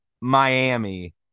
Miami